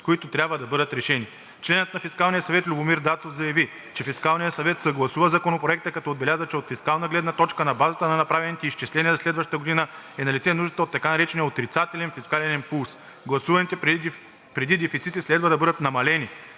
които трябва да бъдат решени. Членът на Фискалния съвет Любомир Дацов заяви, че Фискалният съвет съгласува Законопроекта, като отбеляза, че от фискална гледна точка на базата на направените изчисления за следващата година, е налице нуждата от така наречения отрицателен фискален импулс. Гласуваните преди дефицити следва да бъдат намалени,